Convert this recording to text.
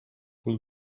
will